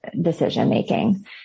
decision-making